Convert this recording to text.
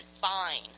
fine